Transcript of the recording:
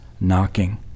knocking